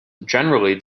generally